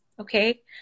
okay